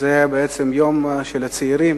שזה בעצם היום של הצעירים